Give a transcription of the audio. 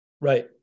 Right